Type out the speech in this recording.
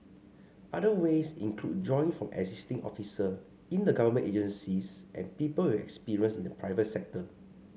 other ways include drawing from existing officer in the government agencies and people with experience in the private sector